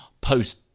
post